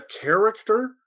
character